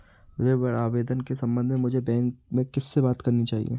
ऋण आवेदन के संबंध में मुझे बैंक में किससे बात करनी चाहिए?